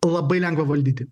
labai lengva valdyti